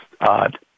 odd